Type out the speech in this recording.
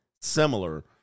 similar